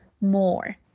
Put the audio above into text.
more